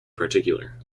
particular